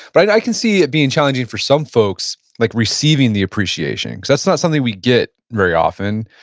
but i can see it being challenging for some folks like receiving the appreciation. cause that's not something we get very often.